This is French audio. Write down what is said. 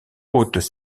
hautes